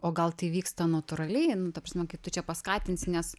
o gal tai vyksta natūraliai nu ta prasme kaip tu čia paskatinsi nes